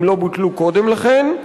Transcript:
אם לא בוטלו קודם לכן.